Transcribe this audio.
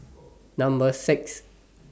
Number six